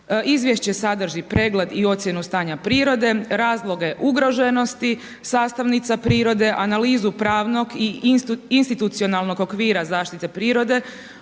Izvješće sadrži pregled i ocjenu stanja prirode, razloge ugroženosti sastavnica prirode, analizu pravnog i institucionalnog okvira zaštite prirode,